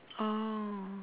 oh